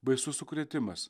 baisus sukrėtimas